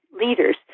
leaders